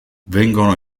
vengono